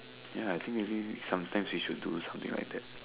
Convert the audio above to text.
ya I think maybe sometimes we should do something like that